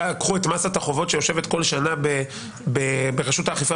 קחו את מסת החובות שיושבת כל שנה ברשות האכיפה